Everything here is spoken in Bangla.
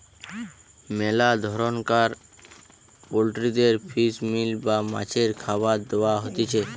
মেলা ধরণকার পোল্ট্রিদের ফিশ মিল বা মাছের খাবার দেয়া হতিছে